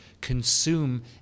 consume